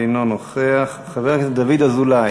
אינו נוכח, חבר הכנסת דוד אזולאי,